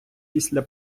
після